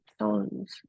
songs